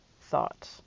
thought